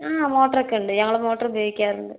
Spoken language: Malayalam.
മ് മോട്ടർ ഒക്കെ ഉണ്ട് ഞങ്ങൾ മോട്ടർ ഉപയോഗിക്കാറുണ്ട്